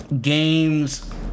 games